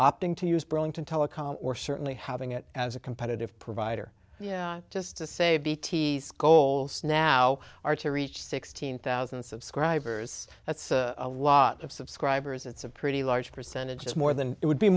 opting to use burlington telecom or certainly having it as a competitive provider yeah just to say b t s goals now are to reach sixteen thousand subscribers that's a lot of subscribers it's a pretty large percentage is more than it would be